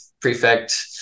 prefect